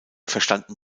verstanden